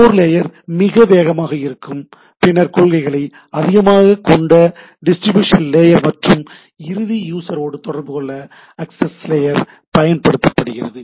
core layer மிக வேகமாக இருக்கும் பின்னர் கொள்கைகளை அதிகமாக கொண்ட டிஸ்ட்ரிபியூஷன் லேயர் மற்றும் இறுதி யூசரோடு தொடர்பு கொள்ள ஆக்சஸ் லேயர் பயன்படுகிறது